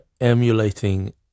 emulating